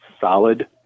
solid